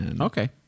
Okay